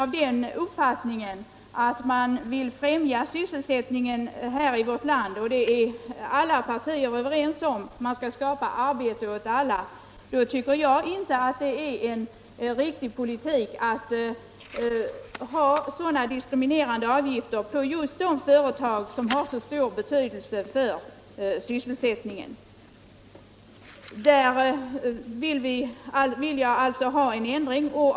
Vill man främja sysselsättningen i vårt land — och alla partier är ju överens om att vi skall skapa arbete åt alla — då tycker jag inte att det är en riktig politik att ta ut diskriminerande avgifter av just de företag som har så stor betydelse för sysselsättningen. Där vill jag alltså ha en ändring.